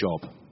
job